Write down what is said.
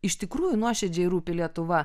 iš tikrųjų nuoširdžiai rūpi lietuva